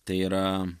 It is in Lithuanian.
tai yra